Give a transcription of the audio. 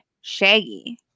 Shaggy